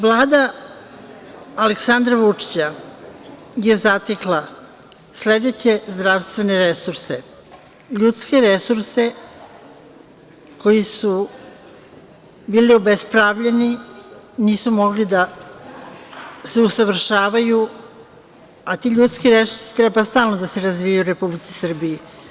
Vlada Aleksandra Vučića je zatekla sledeće zdravstvene resurse – ljudske resurse koji su bili obespravljeni nisu mogli da se usavršavaju a ti ljudski resursi treba stalno da se razvijaju u Republici Srbiji.